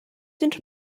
unrhyw